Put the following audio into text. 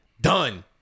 done